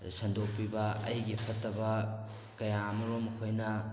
ꯁꯟꯗꯣꯛꯄꯤꯕ ꯑꯩꯒꯤ ꯐꯠꯇꯕ ꯀꯌꯥ ꯑꯃꯔꯣꯝ ꯃꯈꯣꯏꯅ